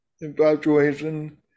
infatuation